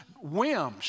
whims